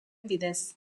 bidez